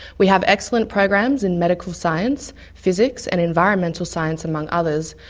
we have excellent programs in medical science, physics and environmental science among others,